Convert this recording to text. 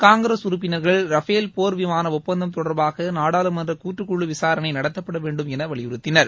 காங்கிரஸ் உறுப்பினர்கள் ரஃபேல் போர் விமான நாடாளுமன்றக்கூட்டு குழு விசாரணை நடத்தப்பட வேண்டும் என வலியுறுத்தினர்